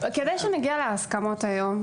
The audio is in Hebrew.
כדי שנגיע להסכמות היום,